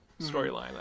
storyline